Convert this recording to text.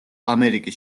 ამერიკის